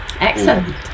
excellent